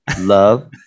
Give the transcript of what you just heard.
love